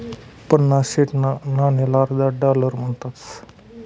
पन्नास सेंटना नाणाले अर्धा डालर म्हणतस